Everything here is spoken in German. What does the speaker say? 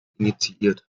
initiiert